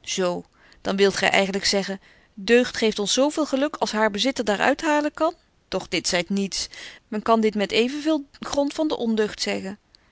zo dan wilt gy eigenlyk zeggen deugd geeft ons zo veel geluk als haar bezitter daar uit halen kan doch dit zeit niets men kan dit met even veel grond van de ondeugd zeggen